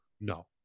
No